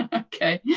ah okay. yeah